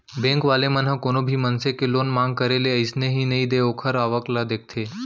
bank वाले मन ह कोनो भी मनसे के लोन मांग करे ले अइसने ही नइ दे ओखर आवक ल देखथे